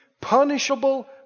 punishable